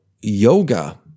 yoga